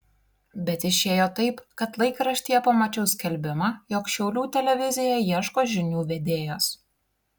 bet išėjo taip kad laikraštyje pamačiau skelbimą jog šiaulių televizija ieško žinių vedėjos